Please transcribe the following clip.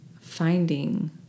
finding